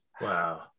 Wow